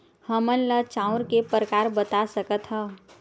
हमन ला चांउर के प्रकार बता सकत हव?